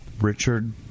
Richard